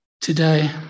Today